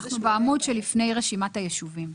אנחנו בעמוד שלפני רשימת היישובים.